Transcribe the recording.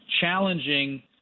challenging